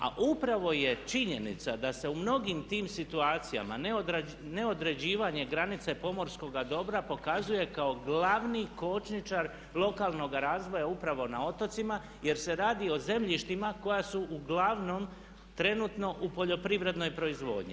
A upravo je činjenica da se u mnogim tim situacijama neodređivanje granice pomorskoga dobra pokazuje kao glavni kočničar lokalnoga razvoja upravo na otocima jer se radi o zemljištima koja su uglavnom trenutno u poljoprivrednoj proizvodnji.